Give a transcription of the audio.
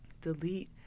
Delete